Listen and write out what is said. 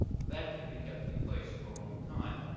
that could be kept in place for a long time,